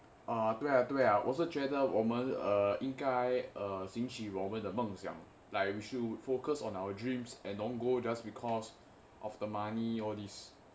uh 啊对啊对啊我是觉得我们应该兴趣我们的的梦想 like we should focus on our dreams and don't go just because of the money all these